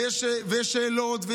ויש שאלות.